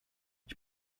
ich